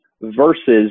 versus